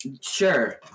Sure